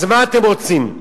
אז מה אתם רוצים?